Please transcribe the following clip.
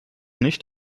nicht